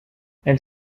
elle